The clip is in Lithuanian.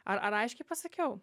ar ar aiškiai pasakiau